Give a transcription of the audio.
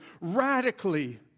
Radically